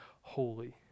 holy